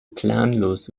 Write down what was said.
planlos